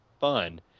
fun